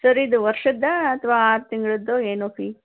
sir ಇದು ವರ್ಷದ್ದಾ ಅಥವಾ ಆರು ತಿಂಗಳದ್ದೋ ಏನು ಫೀ